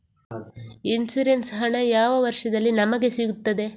Insurance ಹಣ ಯಾವ ವರ್ಷದಲ್ಲಿ ನಮಗೆ ಸಿಗುತ್ತದೆ?